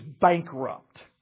bankrupt